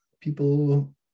people